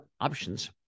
options